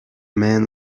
man